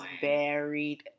buried